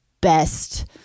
best